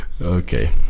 Okay